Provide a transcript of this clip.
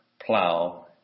plow